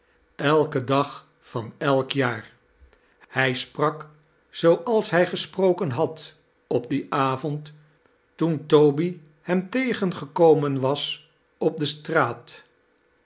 elken dag van elk jaar hij sprak zooals hij gesprokem had op dien avond toen toby hem tegengekomen was op de straat